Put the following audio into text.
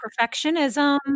perfectionism